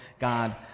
God